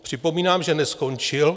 Připomínám, že neskončil.